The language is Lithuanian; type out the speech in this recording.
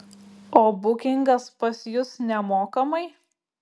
o bukingas pas jus nemokamai